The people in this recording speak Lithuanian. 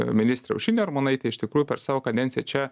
ministrė aušrinė armonaitė iš tikrųjų per savo kadenciją čia